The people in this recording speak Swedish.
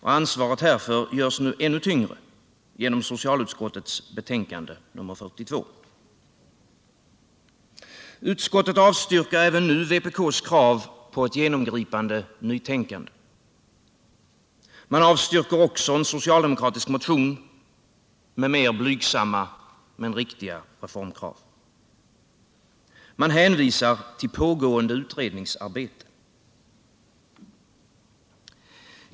Ansvaret härför görs nu ännu tyngre genom socialutskottets betänkande nr 42. Utskottet avstyrker även nu vpk:s krav på ett genomgripande nytänkande. Man avstyrker också en socialdemokratisk motion med mer blygsamma men riktiga reformkrav. Man hänvisar till pågående utredningsarbete.